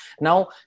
Now